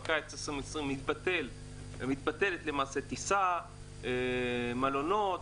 בקיץ 2020 מתבטלת הטיסה והמלונות,